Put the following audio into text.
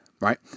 right